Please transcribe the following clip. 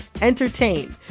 entertain